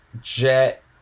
Jet